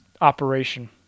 operation